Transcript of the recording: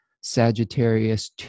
Sagittarius